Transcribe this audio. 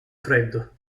freddo